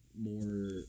more